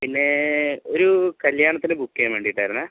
പിന്നേ ഒരു കല്യാണത്തിന് ബുക്ക് ചെയ്യാൻ വേണ്ടീട്ടായിരുന്നെ